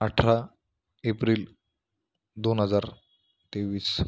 अठरा एप्रिल दोन हजार तेवीस